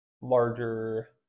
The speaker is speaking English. larger